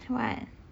what